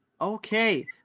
Okay